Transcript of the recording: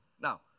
Now